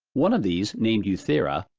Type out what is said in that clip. one of these, named euthira,